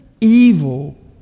evil